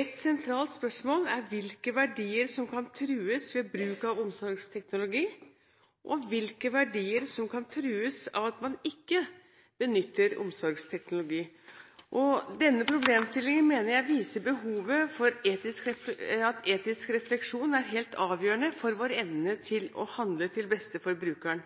Et sentralt spørsmål er hvilke verdier som kan trues ved bruk av omsorgsteknologi, og hvilke verdier som kan trues av at man ikke benytter omsorgsteknologi. Denne problemstillingen mener jeg viser behovet for at etisk refleksjon er helt avgjørende for vår evne til å handle til beste for brukeren.